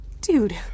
Dude